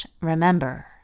remember